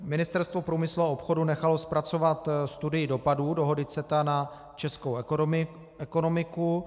Ministerstvo průmyslu a obchodu nechalo zpracovat studii dopadů dohody CETA na českou ekonomiku.